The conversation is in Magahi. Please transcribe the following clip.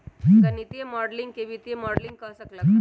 गणितीय माडलिंग के वित्तीय मॉडलिंग कह सक ल ह